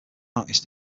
artist